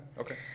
okay